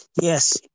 Yes